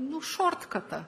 nu šortkatą